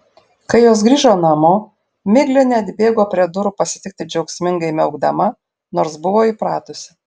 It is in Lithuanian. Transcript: kai jos grįžo namo miglė neatbėgo prie durų pasitikti džiaugsmingai miaukdama nors buvo įpratusi